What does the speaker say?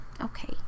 Okay